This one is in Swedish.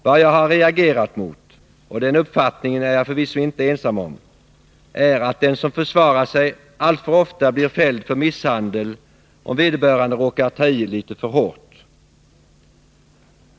Vad jag har reagerat mot, och den uppfattningen är jag förvisso inte ensam om, är att den som försvarar sig alltför ofta blir fälld för misshandel om vederbörande råkar ta i litet för hårt.